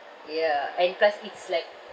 ya and plus it's like